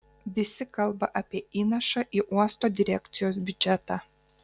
visi kalba apie įnašą į uosto direkcijos biudžetą